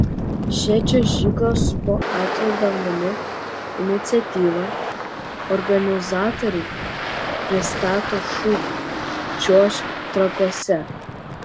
šią čiuožyklos po atviru dangumi iniciatyvą organizatoriai pristato šūkiu čiuožk trakuose